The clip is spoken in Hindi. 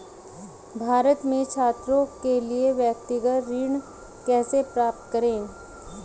भारत में छात्रों के लिए व्यक्तिगत ऋण कैसे प्राप्त करें?